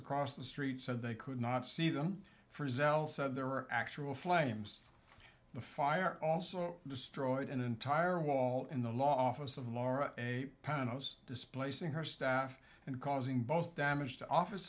across the street said they could not see them for zell said there were actual flames the fire also destroyed an entire wall in the law office of laura a panel's displacing her staff and causing both damage to office